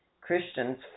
Christians